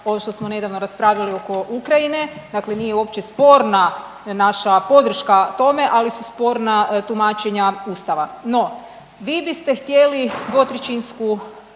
ovo što smo nedavno raspravljali oko Ukrajine, dakle nije uopće sporna naša podrška tome, ali su sporna tumačenja Ustava. No, vi biste htjeli 2/3 većinu